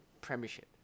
premiership